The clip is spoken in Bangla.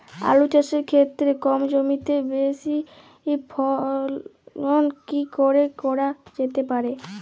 আলু চাষের ক্ষেত্রে কম জমিতে বেশি ফলন কি করে করা যেতে পারে?